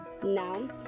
Now